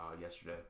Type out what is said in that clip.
yesterday